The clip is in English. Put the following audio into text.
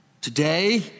today